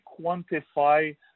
quantify